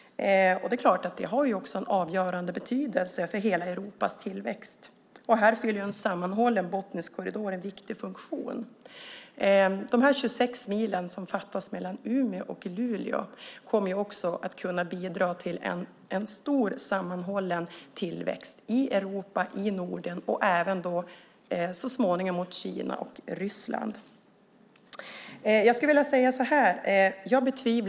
Det är klart att det också har en avgörande betydelse för hela Europas tillväxt. Här fyller en sammanhållen bottnisk korridor en viktig funktion. De här 26 milen, som fattas mellan Umeå och Luleå, kommer också att kunna bidra till en stor sammanhållen tillväxt i Europa, i Norden och även så småningom i fråga om Kina och Ryssland. Jag skulle vilja säga så här: Jonas Sjöstedt!